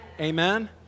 Amen